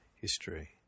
history